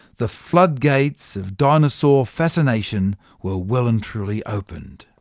the flood gates of dinosaur fascination were well and truly opened.